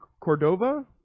Cordova